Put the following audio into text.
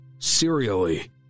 serially